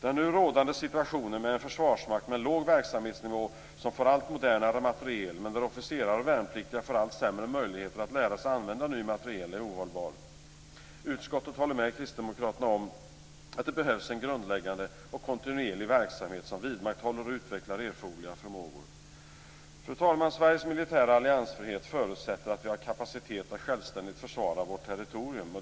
Den nu rådande situationen med en försvarsmakt med låg verksamhetsnivå som får allt modernare materiel, men där officerare och värnpliktiga får allt sämre möjligheter att lära sig använda ny materiel, är ohållbar. Utskottet håller med kristdemokraterna om att det behövs en grundläggande och kontinuerlig verksamhet som vidmakthåller och utvecklar erforderliga förmågor. Fru talman! Sveriges militära alliansfrihet förutsätter att vi har kapacitet att självständigt försvara vårt territorium.